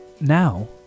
now